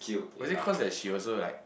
was it cause that she also like